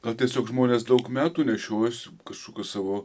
gal tiesiog žmonės daug metų nešiojos kažkokius savo